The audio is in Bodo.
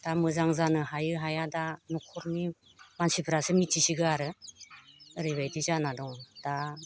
दा मोजां जानो हायो हाया दा न'खरनि मानसिफोरासो मिथिसिगोन आरो औराबायदि जाना दं दा